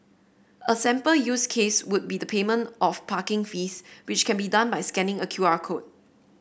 a sample use case would be the payment of parking fees which can be done by scanning a Q R code